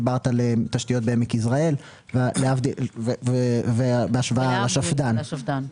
דיברת על תשתיות בעמק יזרעאל בהשוואה לשפדן.